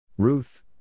Ruth